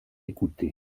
écouté